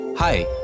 Hi